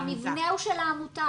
המבנה הוא של העמותה,